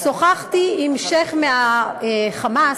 שוחחתי עם שיח' מה"חמאס"